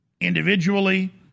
individually